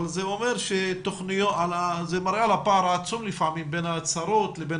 אבל זה מראה על הפער העצום לפעמים בין ההצהרות לבין